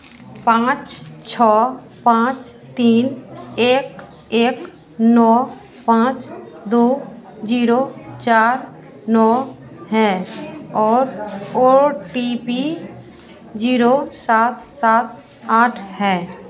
पाँच छः पाँच तीन एक एक नौ पाँच दो जीरो चार नौ है और ओ टी पी जीरो सात सात आठ है